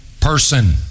person